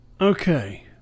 Okay